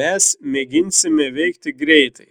mes mėginsime veikti greitai